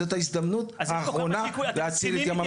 זו ההזדמנות האחרונה להציל את ים המלח.